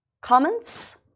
comments